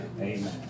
Amen